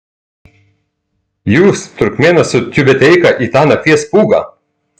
jūs turkmėnas su tiubeteika į tą nakties pūgą